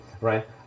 right